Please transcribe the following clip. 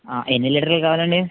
ఎన్ని లీటర్లు కావాలండి